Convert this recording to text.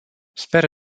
sper